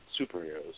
Superheroes